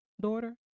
daughter